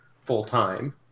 full-time